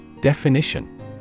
Definition